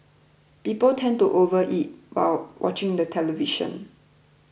people tend to overeat while watching the television